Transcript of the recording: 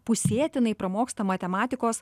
pusėtinai pramoksta matematikos